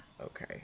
Okay